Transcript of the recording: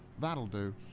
that'll do.